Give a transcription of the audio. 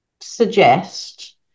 suggest